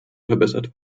verbessert